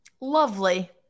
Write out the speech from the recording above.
Lovely